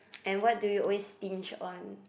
and what do you always stinge on